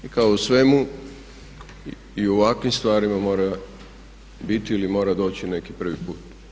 I kao u svemu i u ovakvim stvarima mora biti ili mora doći neki prvi put.